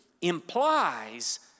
implies